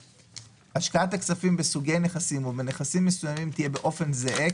השקעת הכספים בסוגי נכסים או בנכסים מסוימים תהיה באופן זהה,